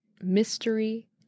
mystery